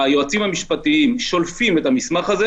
היועצים המשפטיים שולפים את המסמך הזה